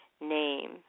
Name